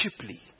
cheaply